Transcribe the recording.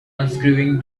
unscrewing